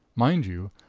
mind you,